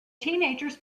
teenagers